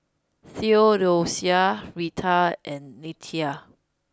Theodocia Retha and Nettie